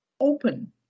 open